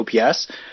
OPS